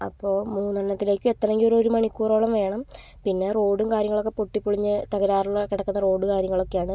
അപ്പോൾ മൂന്നെണ്ണത്തിലേക്ക് എത്തണമെങ്കിൽ ഒരു മണിക്കൂറോളം വേണം പിന്നെ റോഡും കാര്യങ്ങളൊക്കെ പൊട്ടി പൊളിഞ്ഞു തകരാറിൽ കിടക്കുന്ന റോഡ് കാര്യങ്ങളൊക്കെയാണ്